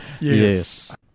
Yes